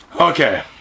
Okay